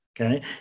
Okay